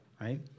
right